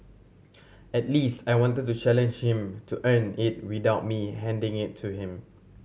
at least I wanted to challenge him to earn it without me handing it to him